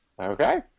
Okay